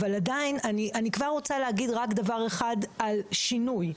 אני כבר רוצה להגיד רק דבר אחד על שינוי.